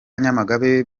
nyamagabe